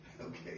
Okay